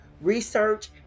research